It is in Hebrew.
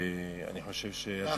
אני חושב שהדיון,